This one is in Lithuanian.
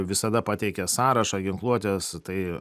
visada pateikia sąrašą ginkluotės tai